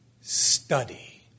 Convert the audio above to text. study